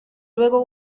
luego